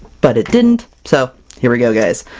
but it didn't, so here we go guys!